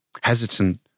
hesitant